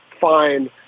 fine